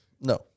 no